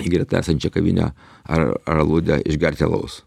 į greta esančią kavinę ar ar aludę išgerti alaus